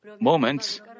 moments